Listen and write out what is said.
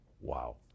Wow